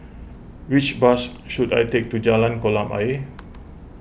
which bus should I take to Jalan Kolam Ayer